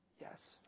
yes